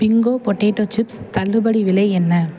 Bingo potato chips தள்ளுபடி விலை என்ன